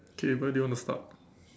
K where do you wanna start